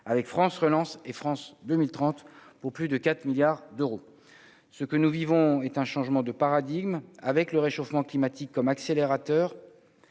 avec France relance et France 2030 pour plus de 4 milliards d'euros, ce que nous vivons est un changement de paradigme avec le réchauffement climatique comme accélérateur